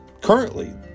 Currently